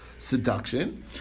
Seduction